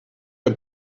der